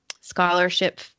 scholarship